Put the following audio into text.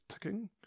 ticking